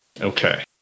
Okay